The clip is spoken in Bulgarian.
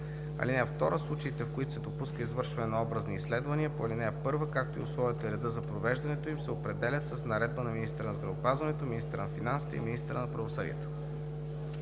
(2) Случаите, в които се допуска извършване на образни изследвания по ал. 1, както и условията и редът за провеждането им се определят с наредба на министъра на здравеопазването, министъра на финансите и министъра на правосъдието“.